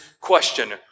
question